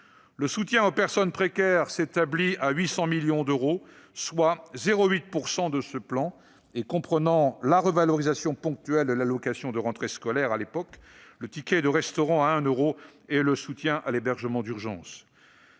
Le soutien aux personnes précaires s'établit à 800 millions d'euros, soit 0,8 % du plan, ce qui inclut la revalorisation ponctuelle de l'allocation de rentrée scolaire, le ticket-restaurant à un euro et le soutien à l'hébergement d'urgence.